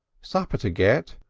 supper to get.